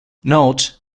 note